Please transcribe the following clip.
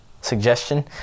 suggestion